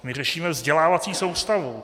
My řešíme vzdělávací soustavu.